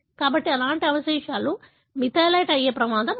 కాబట్టి అలాంటి అవశేషాలు మిథైలేట్ అయ్యే ప్రమాదం ఉంది